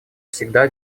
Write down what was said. всегда